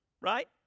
Right